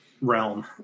realm